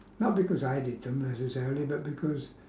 not because I did sometimes it's only but because